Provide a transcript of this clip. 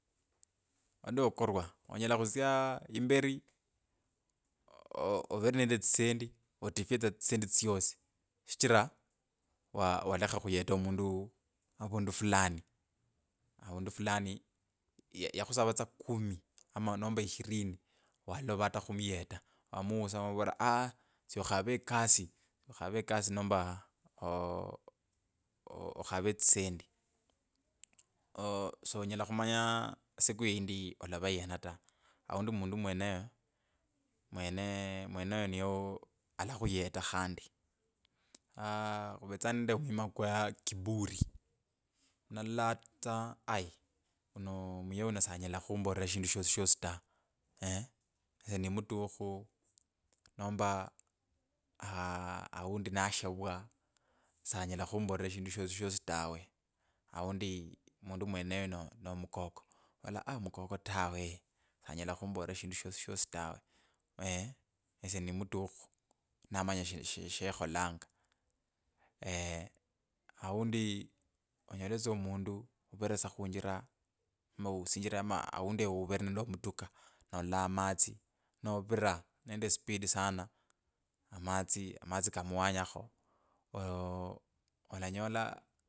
Ada okorwa onyela khutsya imberi oo overe nende etsisendi otifye tsa tsisendi tsyosi shichira walekha khuyeta omundu avundu fulani, avundu fulani ya yekhisave tsa kumi ama nomba ishirini walova ata khumuyeta wamuusa kamivolera aa tsyo khave ekasi tsyo khave ekasi nomba a a khave etsisendi ooo sonyela khumanya siku yindi olava yena ta aundi mundu mwenoyo mwene mwenoyo niye u alakhuyeta khandi aa khuvetsa nende omwima kwa kiburi nalola tsa aii uno muye uno sanyela khumborera shindu shosishosi ta aundi mundu mwenoyo no mukoko ovula a mukoko tawe sanyola khumborera shindu shosishosi tawe eeeh esye ni mukukhu namanya she she shekholanga. aundi onyole tsa omundu uvere tsa khunjira ama usinjire ama aundi ewe uvere nende omutuka nolalolanga amatsi novira nende speed sana amatsi matsi kamuwanyakho oo olanyola.